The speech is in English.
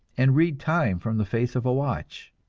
and read time from the face of a watch.